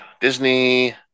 Disney